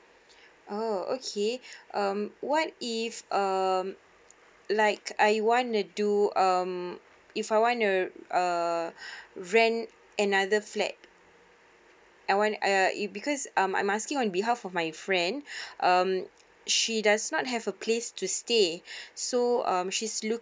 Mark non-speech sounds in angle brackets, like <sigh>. <breath> oh okay <breath> um what if um like I wanna do um if I wanna uh rent another flat I want uh because I am asking on behalf of my friend <breath> um she does not have a place to stay <breath> so um she's looking